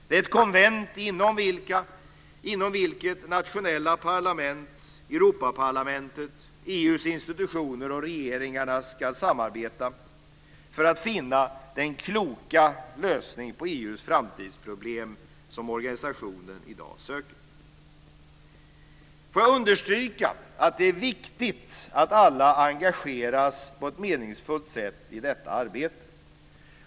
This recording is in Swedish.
Det är ett konvent inom vilket nationella parlament, Europaparlamentet, EU:s institutioner och regeringarna ska samarbeta för att finna den kloka lösning på EU:s framtidsproblem som organisationen i dag söker. Jag vill understryka att det är viktigt att alla engageras på ett meningsfullt sätt i detta arbete.